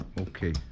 Okay